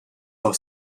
for